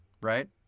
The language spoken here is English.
right